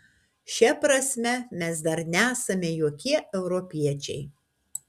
šia prasme mes dar nesame jokie europiečiai